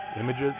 images